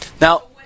Now